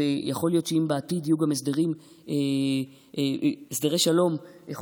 ויכול להיות שאם בעתיד יהיו גם הסדרי שלום יכול